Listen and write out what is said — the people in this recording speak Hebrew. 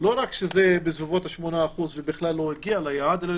לא רק שזה בסביבות 8% ובכלל לא הגיע ליעד אלא,